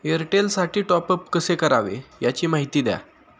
एअरटेलसाठी टॉपअप कसे करावे? याची माहिती द्या